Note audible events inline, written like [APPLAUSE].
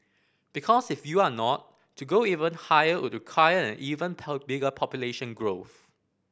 because if you are not to go even higher would require an even [UNINTELLIGIBLE] bigger population growth